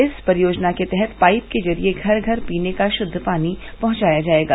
इस परियोजना के तहत पाइप के जरिए घर घर पीने का षुद्ध पानी पहुंचाया जायेगा